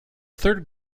third